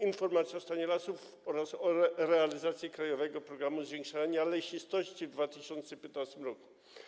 Informacja o stanie lasów oraz o realizacji „Krajowego programu zwiększania lesistości” w 2015 r.